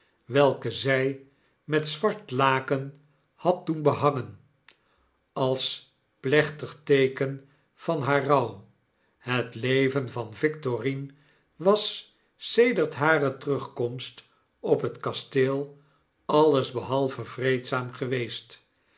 welke zy met zwart laken had doen behangen als plechtig teeken van haar rouw het leven van victorine was sedert hare terugkomst op het kasteel alles behalve vreedzaam geweest